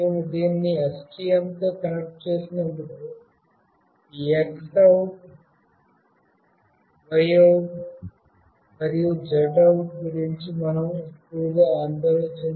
మేము దీన్ని STM తో కనెక్ట్ చేసినప్పుడు ఈ X OUT Y OUT మరియు Z OUT గురించి మనం ఎక్కువగా ఆందోళన చెందుతున్నట్లు చూస్తాము